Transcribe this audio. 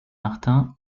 martin